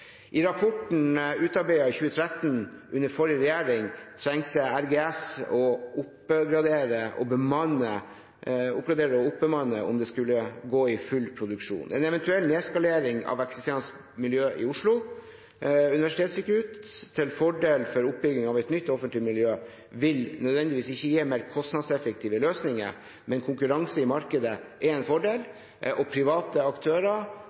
Rapporten utarbeidet i 2013 under forrige regjering viste at RGS trengte å oppgradere og oppbemanne dersom de skulle gå i full produksjon. En eventuell nedskalering av eksisterende miljø ved Oslo universitetssykehus til fordel for oppbygging av et nytt offentlig miljø vil nødvendigvis ikke gi mer kostnadseffektive løsninger, men konkurranse i markedet er en fordel, og private aktører